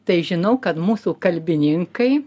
tai žinau kad mūsų kalbininkai